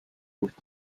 with